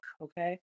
Okay